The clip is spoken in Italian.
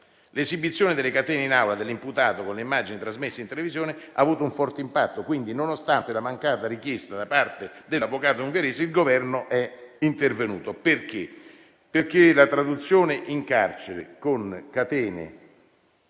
L'esibizione delle catene in aula dell'imputato con le immagini trasmesse in televisione ha avuto un forte impatto. Quindi, nonostante la mancata richiesta da parte dell'avvocato ungherese, il Governo è intervenuto, e questo perché la traduzione in carcere con catene